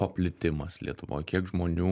paplitimas lietuvoj kiek žmonių